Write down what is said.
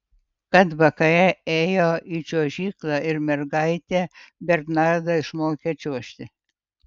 kad vakare ėjo į čiuožyklą ir mergaitė bernardą išmokė čiuožti